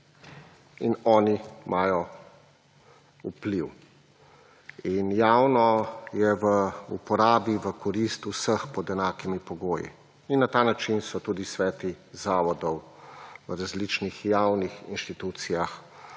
in oni imajo vpliv. In javno je v uporabi, v korist vseh pod enakimi pogoji. In na ta način so tudi sveti zavodov v različnih javnih inštitucijah